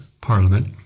parliament